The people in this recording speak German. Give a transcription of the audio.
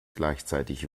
gleichzeitig